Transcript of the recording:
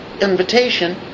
invitation